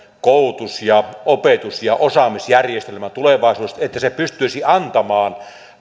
koulutus ja opetus ja osaamisjärjestelmä tulevaisuudessa että se pystyisi antamaan